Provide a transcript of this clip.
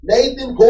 Nathan